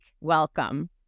welcome